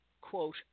quote